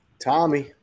Tommy